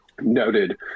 noted